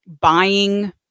buying